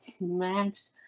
Max